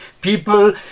people